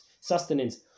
sustenance